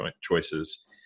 choices